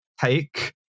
take